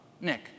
Nick